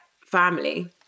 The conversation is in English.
family